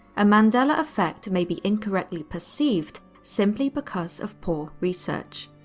a mandela effect may be incorrectly perceived simply because of poor research.